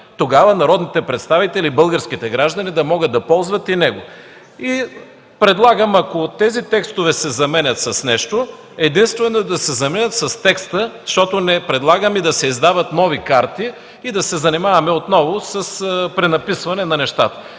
тогава народните представители и българските граждани да могат да ползват и него. Предлагам, ако тези текстове се заменят с нещо, единствено да се заменят с текста, защото не предлагаме да се издават нови карти и отново да се занимаваме с пренаписване на нещата